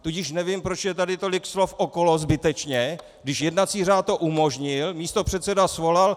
Tudíž nevím, proč je tady tolik slov okolo zbytečně, když jednací řád to umožnil, místopředseda svolal.